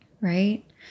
right